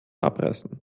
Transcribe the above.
abreißen